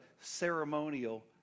ceremonial